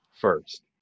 first